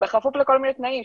בכפוף לכל מיני תנאים,